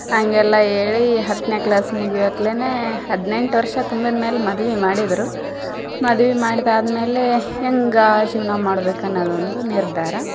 ಹಂಗೆಲ್ಲ ಹೇಳೀ ಹತ್ತನೇ ಕ್ಲಾಸ್ ಮುಗಿವತಲೇನೇ ಹದ್ನೆಂಟು ವರ್ಷ ತುಂಬಿದ ಮೇಲೆ ಮದುವೆ ಮಾಡಿದರು ಮದುವೆ ಮಾಡ್ದ ಆದ್ಮೇಲೇ ಹೆಂಗಾ ಜೀವನ ಮಾಡ್ಬೇಕು ಅನ್ನದು ಒಂದು ನಿರ್ಧಾರ